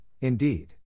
indeed